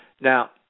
Now